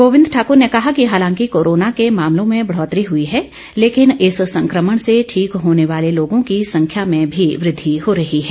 गोविंद सिंह ठाकुर ने कहा कि हालांकि कोरोना के मामलों में बढ़ोतरी हई है लेकिन इस संक्रमण से ठीक होने वाले लोगों की संख्ता में भी वृद्धि हो रही है